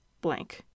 blank